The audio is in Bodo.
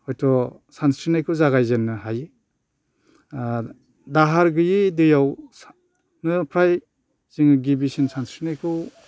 हयथ' सानस्रिनायखौ जागायजेननो हायो आरो दाहार गैयै दैयावनो फ्राय जों गिबिसिन सानस्रिनायखौ